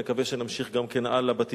נקווה שנמשיך גם כן בטיפול,